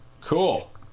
cool